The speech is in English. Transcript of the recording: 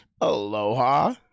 Aloha